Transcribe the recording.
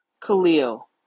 Khalil